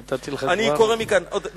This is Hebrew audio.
נתתי לך כבר כפול מהזמן.